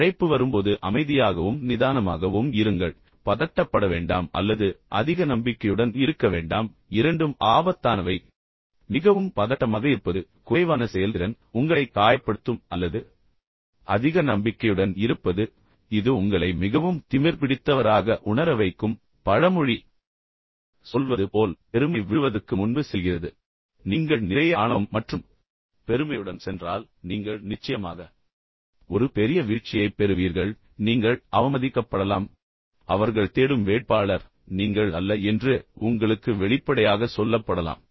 அழைப்பு வரும்போது அமைதியாகவும் நிதானமாகவும் இருங்கள் பதட்டப்பட வேண்டாம் அல்லது அதிக நம்பிக்கையுடன் இருக்க வேண்டாம் இரண்டும் ஆபத்தானவை மிகவும் பதட்டமாக இருப்பது மிகவும் பயப்படுவது பின்னர் குறைவான செயல்திறன் உங்களை காயப்படுத்தும் அல்லது அதிக நம்பிக்கையுடன் இருப்பது இது உங்களை மிகவும் திமிர்பிடித்தவராக உணர வைக்கும் பழமொழி சொல்வது போல் பெருமை விழுவதற்கு முன்பு செல்கிறது நீங்கள் நிறைய ஆணவம் மற்றும் பெருமையுடன் சென்றால் நீங்கள் நிச்சயமாக ஒரு பெரிய வீழ்ச்சியைப் பெறுவீர்கள் நீங்கள் அவமதிக்கப்படலாம் நீங்கள் அவமானப்படுத்தப்படலாம் அவர்கள் தேடும் வேட்பாளர் நீங்கள் அல்ல என்று உங்களுக்கு வெளிப்படையாகச் சொல்லப்படலாம்